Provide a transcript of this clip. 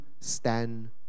stand